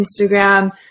Instagram